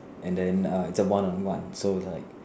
and then err it's a one on one so it's like